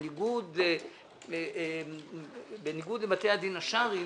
בניגוד לבתי הדין השרעיים